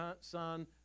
son